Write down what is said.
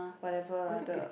whatever lah the